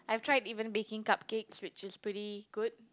I've tried even baking cupcakes which is pretty good